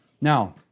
Now